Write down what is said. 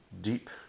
deep